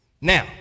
Now